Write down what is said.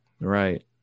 Right